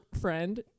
friend